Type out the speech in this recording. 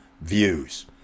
Views